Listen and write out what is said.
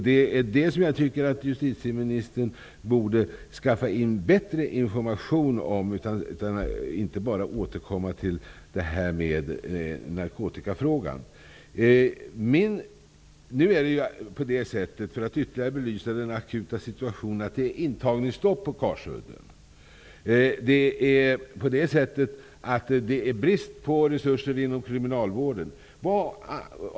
Det är det som jag tycker att justitieministern borde skaffa sig bättre information om i stället för att bara återkomma till narkotikafrågan. För att ytterligare belysa den akuta situationen vill jag framhålla att det är intagningsstopp på Karsudden. Det råder också brist på resurser inom kriminalvården.